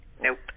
Nope